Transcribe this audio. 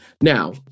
Now